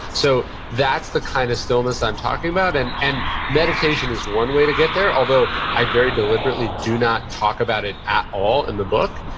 so, that's the kind of stillness i'm talking about. and and meditation is one way to get there. although, i very deliberately do not talk about it at all in the book.